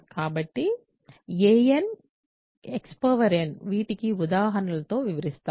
కాబట్టి a n x n వీటిని ఉదాహరణలలో వివరిస్తాను